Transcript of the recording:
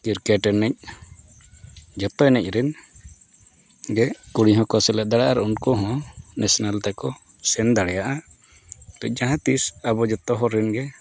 cricket ᱮᱱᱮᱡ ᱡᱚᱛᱚ ᱮᱱᱮᱡ ᱨᱮᱱ ᱜᱮ ᱠᱩᱲᱤ ᱦᱚᱸᱠᱚ ᱥᱮᱞᱮᱫ ᱫᱟᱲᱮᱭᱟᱜᱼᱟ ᱟᱨ ᱩᱱᱠᱩ ᱦᱚᱸ ᱱᱮᱥᱱᱮᱞ ᱛᱮᱠᱚ ᱥᱮᱱ ᱫᱟᱲᱮᱭᱟᱜᱼᱟ ᱡᱟᱦᱟᱸ ᱛᱤᱥ ᱟᱵᱚ ᱡᱚᱛᱚ ᱦᱚᱲ ᱨᱮᱱ ᱜᱮ